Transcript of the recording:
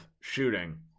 shooting